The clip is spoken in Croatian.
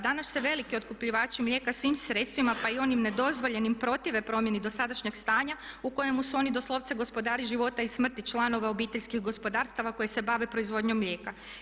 Danas se veliki otkupljivači mlijeka svim sredstvima pa i onim nedozvoljenim protive promjeni dosadašnjeg stanja u kojemu su oni doslovce gospodari života i smrti članova obiteljskih gospodarstava koji se bave proizvodnjom mlijeka.